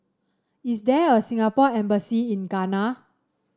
is there a Singapore Embassy in Ghana